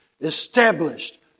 established